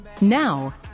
now